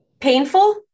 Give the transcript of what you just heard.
painful